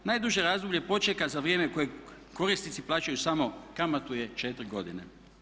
Najduže razdoblje počeka za vrijeme kojeg korisnici plaćaju samo kamatu je 4 godine.